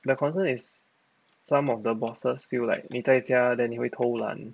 the concern is some of the bosses feel like 你在家 then 你会偷懒